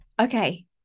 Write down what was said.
okay